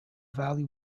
valley